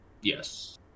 Yes